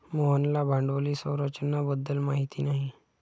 मोहनला भांडवली संरचना बद्दल माहिती नाही